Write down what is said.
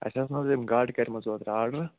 اَسہِ ٲس نہ حظ یِم گاڈٕ کَرمَژٕ اوترٕ آرڈَر